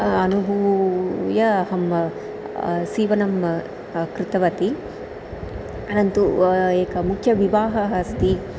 अनुभूय अहं सीवनं कृतवती परन्तु एकः मुख्यः विवाहः अस्ति